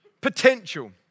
Potential